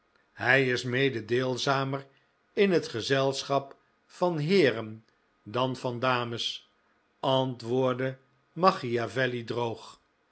hij is mededeelzamer in het gezelschap van heeren dan van dames antwoordde macchiavelli droog